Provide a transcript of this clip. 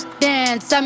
dance